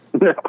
No